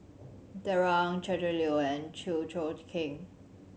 Darrell Ang Gretchen Liu and Chew Choo Keng